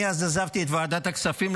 אני עזבתי אז את ועדת הכספים,